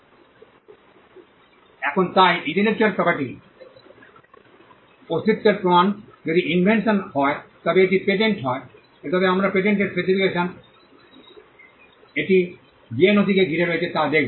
এখন তাই ইন্টেলেকচুয়াল প্রপার্টির অস্তিত্বের প্রমাণ যদি এটি ইনভেনশন হয় তবে এটি পেটেন্ট হয় তবে আমরা পেটেন্টের স্পেসিফিকেশন এটি যে নথিটিকে ঘিরে রেখেছে তা দেখব